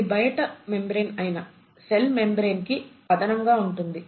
ఇది బయట మెంబ్రేన్ అయిన సెల్ మెంబ్రేన్ కి అదనంగా ఉంటుంది